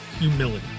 humility